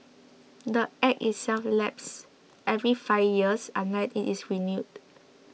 the Act itself lapses every five years unless it is renewed